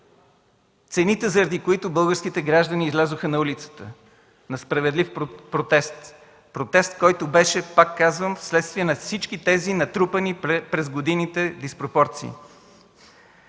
цените, заради които българските граждани излязоха на улицата на справедлив протест. Протест, който беше, както казвам, следствие на всички тези натрупани през годините диспропорции.